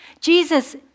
Jesus